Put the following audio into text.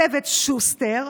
צוות שוסטר,